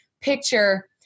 picture